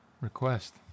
request